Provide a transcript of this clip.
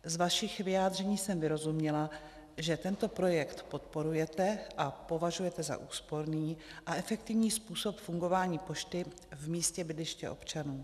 Z vašich vyjádření jsem vyrozuměla, že tento projekt podporujete a považujete za úsporný a efektivní způsob fungování pošty v místě bydliště občana.